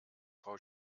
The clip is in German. frau